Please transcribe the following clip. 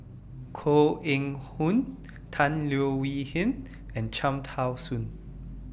Koh Eng Hoon Tan Leo Wee Hin and Cham Tao Soon